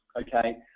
Okay